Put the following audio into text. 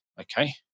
Okay